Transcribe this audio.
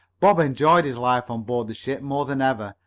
bob enjoyed his life on board the ship more than ever,